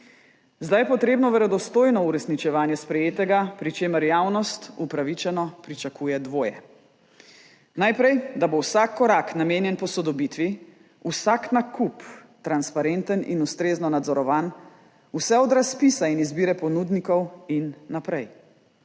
Zdaj je potrebno verodostojno uresničevanje sprejetega, pri čemer javnost upravičeno pričakuje dvoje. Najprej, da bo vsak korak namenjen posodobitvi, vsak nakup transparenten in ustrezno nadzorovan, vse od razpisa in izbire ponudnikov in naprej.